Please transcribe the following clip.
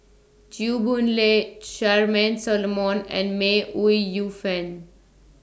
Chew Boon Lay Charmaine Solomon and May Ooi Yu Fen